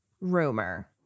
rumor